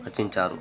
రచించారు